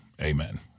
amen